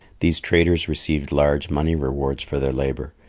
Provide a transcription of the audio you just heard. these traders received large money rewards for their labour,